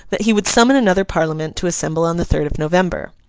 that he would summon another parliament to assemble on the third of november.